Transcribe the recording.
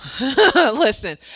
listen